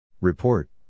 Report